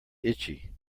itchy